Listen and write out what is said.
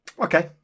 Okay